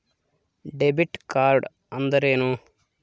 Debit card ಅಂದ್ರೇನು?